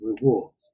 rewards